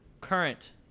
current